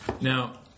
Now